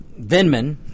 Venman